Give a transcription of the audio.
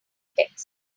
text